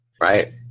Right